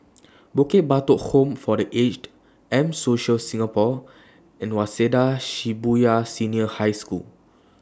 Bukit Batok Home For The Aged M Social Singapore and Waseda Shibuya Senior High School